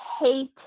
hate